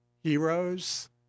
heroes